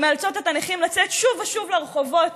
זה מאלץ את הנכים לצאת שוב ושוב לרחובות